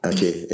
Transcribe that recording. Okay